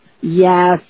Yes